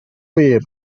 wir